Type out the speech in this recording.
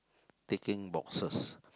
ticking boxes